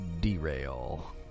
derail